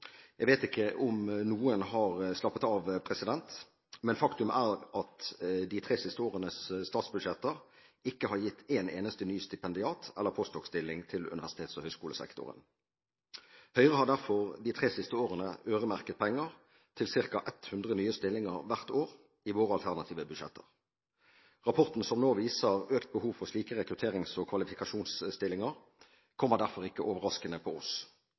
Jeg vet ikke om noen har slappet av, men faktum er at de tre siste årenes statsbudsjetter ikke har gitt en eneste ny stipendiat- eller postdokstilling til universitets- og høyskolesektoren. Høyre har derfor i sine alternative budsjetter de tre siste årene øremerket penger til ca. 100 nye stillinger hvert år. Rapporten som nå viser økt behov for slike rekrutterings- og kvalifikasjonsstillinger, kommer derfor ikke overraskende på oss.